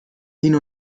hin